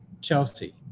Chelsea